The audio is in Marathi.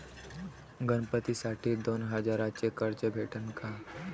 गणपतीसाठी दोन हजाराचे कर्ज भेटन का?